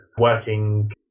working